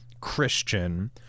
Christian